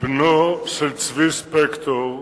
בנו של צבי ספקטור,